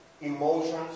emotions